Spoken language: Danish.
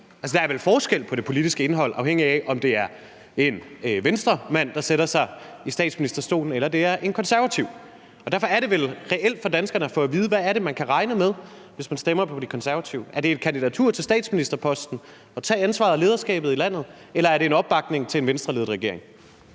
der er vel forskel på det politiske indhold, afhængigt af om det er en Venstremand, der sætter sig i statsministerstolen, eller det er en konservativ, og derfor er det vel reelt for danskerne at få at vide, hvad det er, man kan regne med, hvis man stemmer på De Konservative: Er det et kandidatur til statsministerposten og at tage ansvaret og lederskabet i landet, eller er det en opbakning til en Venstreledet regering?